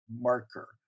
marker